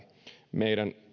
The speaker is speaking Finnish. meidän